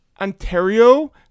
Ontario